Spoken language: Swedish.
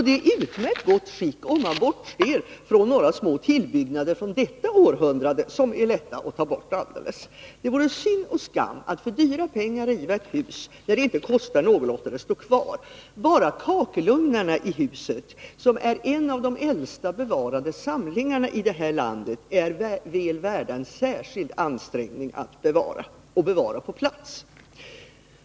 Det är i utmärkt gott skick, bortsett från några små tillbyggnader från detta århundrade som det är lätt att helt ta bort. Det vore synd och skam att för dyra pengar riva ett hus när det inte kostar någonting att låta det stå kvar. Bara kakelugnarna i huset — en av de äldsta bevarade samlingarna i landet — är väl värda att vi gör en särskild ansträngning, så att de kan få finnas kvar på sin plats.